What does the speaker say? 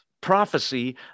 prophecy